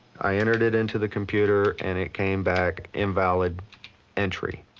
i entered it into the computer, and it came back invalid entry.